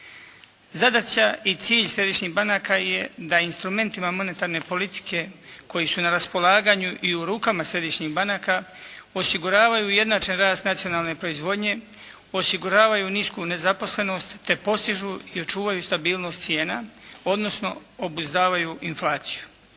Zadaća i cilj središnjih banaka je da instrumentima monetarne politike koji su na raspolaganju i u rukama središnjih banaka osiguravaju ujednačen rast nacionalne proizvodnje, osiguravaju nisku nezaposlenost te postižu i očuvaju stabilnost cijena, odnosno obuzdavaju inflaciju.